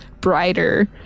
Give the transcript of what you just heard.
brighter